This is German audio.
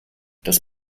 das